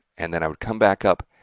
and then i would come back up,